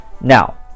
Now